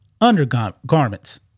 undergarments